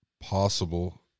possible